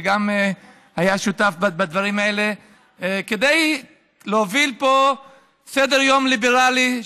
גם הוא היה שותף בדברים האלה כדי להוביל פה סדר-יום ליברלי,